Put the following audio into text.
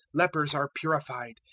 lepers are purified,